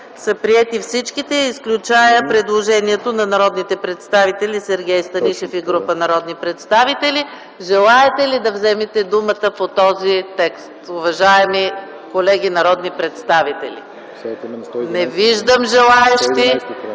приети, с изключение на предложението на народния представител Сергей Станишев и група народни представители. Желаете ли да вземете думата по този текст, уважаеми колеги народни представители? Не виждам желаещи.